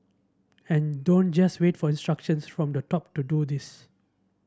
and don't just wait for instructions from the top to do this